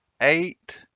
eight